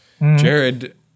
Jared